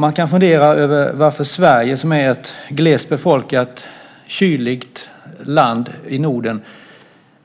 Man kan fundera över varför Sverige, som är ett glest befolkat kyligt land i Norden,